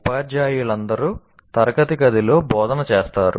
ఉపాధ్యాయులందరూ తరగతి గదిలో బోధన చేస్తారు